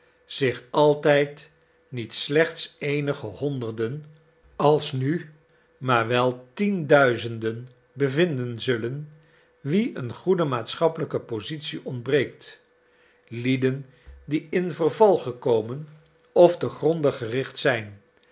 zich altijd niet slechts eenige honderden als nu maar wel tienduizenden bevinden zullen wien een goede maatschappelijke positie ontbreekt lieden die in verval gekomen of te gronde gericht zijn